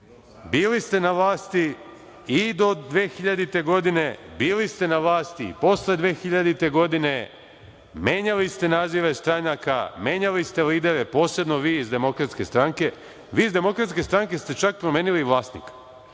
bili ste na vlasti i do 2000. godine, bili ste na vlasti i posle 2000. godine, menjali ste nazive stranaka, menjali ste lideri, posebno vi iz DS, vi iz DS ste čak promenili vlasnika.